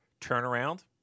turnaround